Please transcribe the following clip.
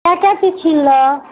ଆ କେତି ଛୁଇଁଲ